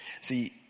See